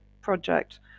project